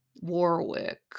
Warwick